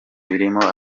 birimo